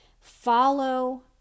Follow